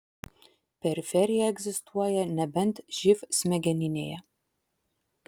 periferija egzistuoja nebent živ smegeninėje